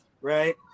right